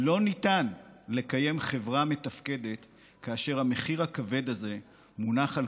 לא ניתן לקיים חברה מתפקדת כאשר המחיר הכבד הזה מונח על